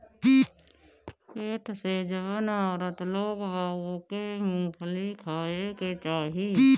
पेट से जवन औरत लोग बा ओके मूंगफली खाए के चाही